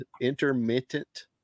intermittent